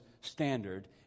standard